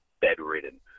bedridden